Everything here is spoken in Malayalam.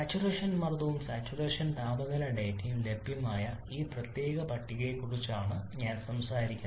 സാച്ചുറേഷൻ മർദ്ദവും സാച്ചുറേഷൻ താപനില ഡാറ്റയും ലഭ്യമായ ഈ പ്രത്യേക പട്ടികയെക്കുറിച്ചാണ് ഞാൻ സംസാരിക്കുന്നത്